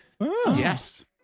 Yes